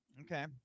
Okay